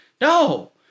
No